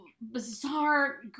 bizarre